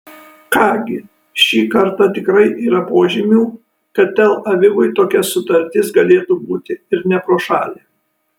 ką gi šį kartą tikrai yra požymių kad tel avivui tokia sutartis galėtų būti ir ne pro šalį